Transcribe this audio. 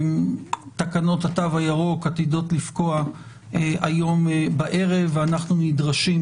תקנות התו הירוק עתידות לפקוע היום בערב ואנחנו נדרשים